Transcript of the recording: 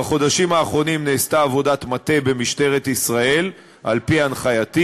בחודשים האחרונים נעשתה עבודת מטה במשטרת ישראל על-פי הנחייתי.